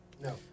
No